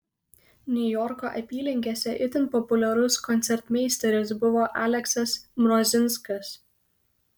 niujorko apylinkėse itin populiarus koncertmeisteris buvo aleksas mrozinskas